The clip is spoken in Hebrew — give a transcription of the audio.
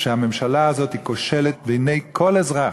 ראיתי שהממשלה הזאת כושלת בעיני כל אזרח.